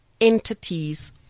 entities